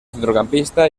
centrocampista